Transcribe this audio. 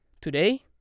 Today